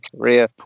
career